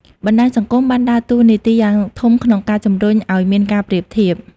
បណ្តាញសង្គមបានដើរតួនាទីយ៉ាងធំក្នុងការជំរុញឲ្យមានការប្រៀបធៀប។